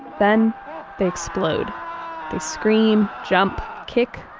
then they explode, they scream, jump, kick,